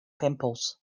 pimples